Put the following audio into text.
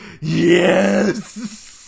YES